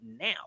now